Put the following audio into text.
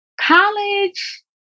College